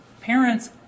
parents